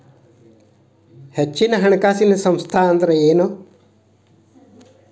ಹೆಚ್ಚಿನ ಹಣಕಾಸಿನ ಸಂಸ್ಥಾ ಅಂದ್ರೇನು?